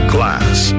Class